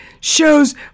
shows